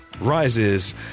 rises